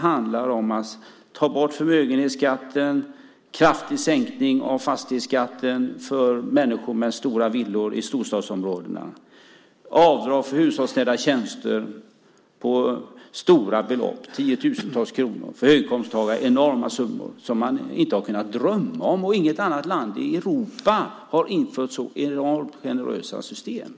handlar om att ta bort förmögenhetsskatten, kraftigt sänka fastighetsskatten för människor med stora villor i storstadsområdena och att införa avdrag för hushållsnära tjänster för stora belopp, tiotusentals kronor. För höginkomsttagarna handlar det om enorma summor som man inte har kunnat drömma om. Och inget annat land i Europa har infört så enormt generösa system.